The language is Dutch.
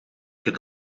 het